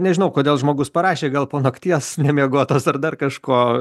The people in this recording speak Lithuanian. nežinau kodėl žmogus parašė gal po nakties nemiegotas ar dar kažko